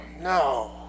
no